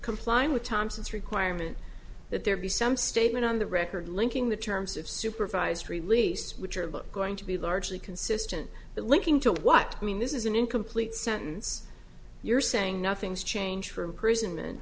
complying with thompson's requirement that there be some statement on the record linking the terms of supervised release which are but going to be largely consistent but linking to what i mean this is an incomplete sentence you're saying nothing's changed for imprisonment